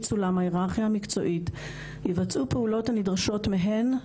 סולם ההיררכיה המקצועית יבצעו פעולות הנדרשות מהן,